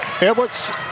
Edwards